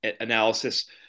analysis